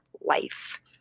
life